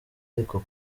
ariko